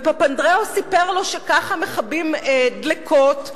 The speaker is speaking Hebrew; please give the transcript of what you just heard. ופפנדראו סיפר לו שככה מכבים דלקות.